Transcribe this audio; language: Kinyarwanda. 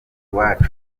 iwacu